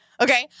Okay